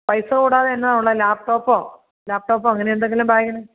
പൈസ കൂടാതെ എന്നാ ഉള്ളത് ലാപ്ടോപ്പോ ലാപ്ടോപ്പോ അങ്ങനെയെന്തെങ്കിലും ബാഗിൽ